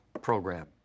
program